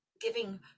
giving